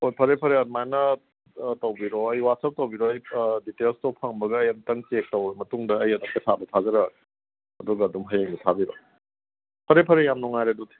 ꯍꯣꯏ ꯐꯔꯦ ꯐꯔꯦ ꯑꯗꯨꯃꯥꯏꯅ ꯇꯧꯕꯤꯔꯛꯑꯣ ꯑꯩ ꯆꯥꯆꯞ ꯇꯧꯕꯤꯔꯛꯑꯣ ꯑꯩ ꯑꯥ ꯗꯤꯇꯦꯜꯗꯨ ꯐꯪꯕꯒ ꯑꯩ ꯑꯃꯨꯛꯇꯪ ꯆꯦꯛ ꯇꯧꯔ ꯃꯇꯨꯡꯗ ꯑꯩ ꯑꯗꯨꯝ ꯄꯩꯁꯥꯗꯨ ꯊꯥꯖꯔꯛꯒꯦ ꯑꯗꯨꯒ ꯑꯗꯨꯝ ꯍꯌꯦꯡꯗꯨ ꯊꯥꯕꯤꯔꯛꯑꯣ ꯐꯔꯦ ꯐꯔꯦ ꯌꯥꯝ ꯅꯨꯡꯉꯥꯏꯔꯦ ꯑꯗꯨꯗꯤ